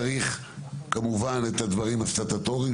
צריך כמובן לעשות את הדברים הסטטוטוריים,